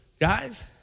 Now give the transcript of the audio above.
guys